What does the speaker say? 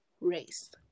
race